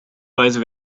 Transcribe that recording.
weise